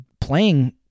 playing